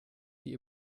die